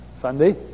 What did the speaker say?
Sunday